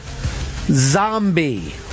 Zombie